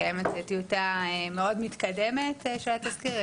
קיימת טיוטה מאוד מתקדמת של התזכיר,